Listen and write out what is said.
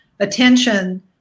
attention